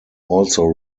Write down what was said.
also